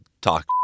talk